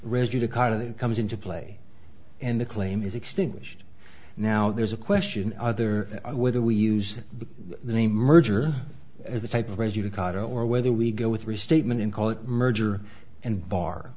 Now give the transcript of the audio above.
rescued a card it comes into play and the claim is extinguished now there's a question other whether we use the name urge or the type of regular car or whether we go with restatement and call it merger and bar